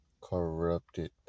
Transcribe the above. Corrupted